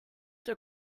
der